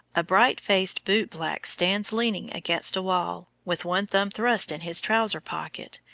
a bright-faced boot-black stands leaning against a wall, with one thumb thrust in his trousers pocket,